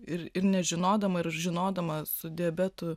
ir ir nežinodama ir žinodama su diabetu